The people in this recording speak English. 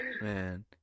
Man